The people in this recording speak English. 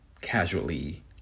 casually